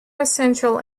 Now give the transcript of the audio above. essential